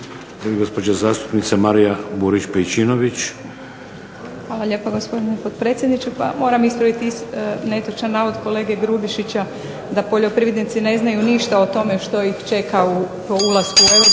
Hvala lijepa, gospodine potpredsjedniče. Pa moram ispraviti netočan navod kolege Grubišića da poljoprivrednici ne znaju ništa o tome što ih čeka po ulasku u Europsku